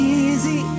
easy